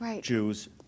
Jews